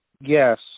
Yes